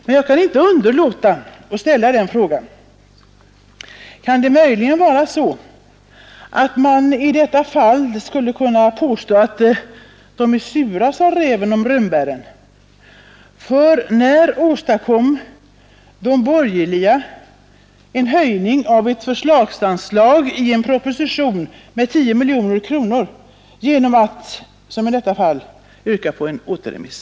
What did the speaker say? Men jag kan inte underlåta att ställa frågan: Skulle man möjligen kunna använda uttrycket ”surt, sa räven om rönnbären”, för när åstadkom de borgerliga en höjning med 10 miljoner kronor av ett förslagsanslag i en proposition genom att som i detta fall yrka på en återremiss?